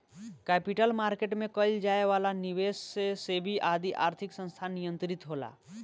capital market में कईल जाए वाला निबेस के सेबी आदि आर्थिक संस्थान नियंत्रित होला